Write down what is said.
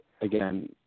again